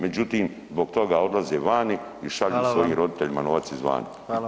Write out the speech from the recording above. Međutim, zbog toga odlaze vani i šalju [[Upadica: Hvala]] svojim roditeljima novac izvana.